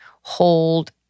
hold